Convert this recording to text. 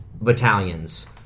battalions